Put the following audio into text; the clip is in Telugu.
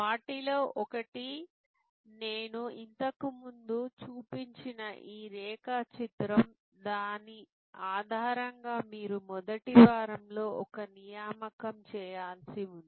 వాటిలో ఒకటి నేను ఇంతకు ముందు చూపించిన ఈ రేఖాచిత్రం దాని ఆధారంగా మీరు మొదటి వారంలో ఒక నియామకం చేయాల్సి ఉంది